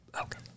Okay